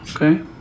Okay